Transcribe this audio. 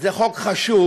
זה חוק חשוב,